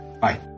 Bye